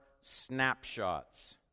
snapshots